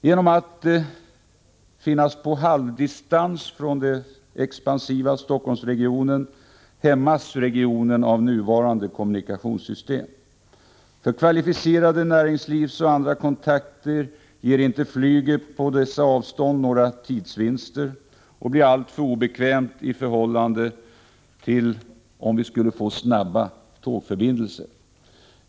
Genom sitt avstånd på ”halvdistans” från den expansiva Stockholmsregionen hämmas regionen av nuvarande kommunikationssystem. För kvalificerade näringslivsoch andra kontakter ger inte flyget på dessa avstånd några tidsvinster och blir alltför obekvämt i förhållande till snabba tågförbindelser.